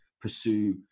pursue